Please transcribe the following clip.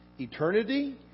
eternity